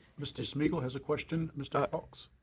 mr. smigiel has a question, mr. faulks.